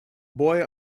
boy